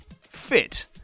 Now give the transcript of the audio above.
fit